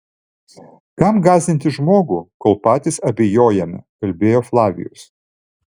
kam gąsdinti žmogų kol patys abejojame kalbėjo flavijus